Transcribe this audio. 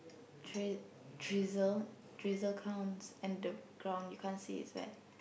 dri~ drizzle drizzle counts and the ground you can't see it's wet